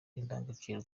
indangagaciro